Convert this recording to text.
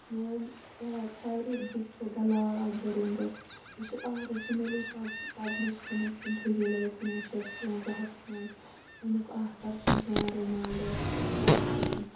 میٲنۍ favourite book چھِ the Lord of the Rings یہِ چھِ آرِجٕنٔلی پَب پَبلِش گٔمٕژ کُنہٕ ترٕٛہ جُلے کُنہٕ وُہ شٮ۪تھ ژُوَنٛزاہ مَنٛزاَمِیُک آتَھر چھُ جان رٕنالڈ ٹالکِن